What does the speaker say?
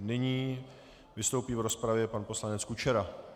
Nyní vystoupí v rozpravě pan poslanec Kučera.